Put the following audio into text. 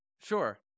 Sure